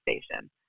station